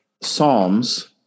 Psalms